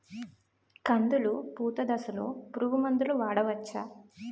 కందులు పూత దశలో పురుగు మందులు వాడవచ్చా?